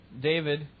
David